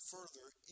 further